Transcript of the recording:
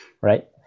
Right